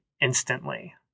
instantly